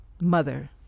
mother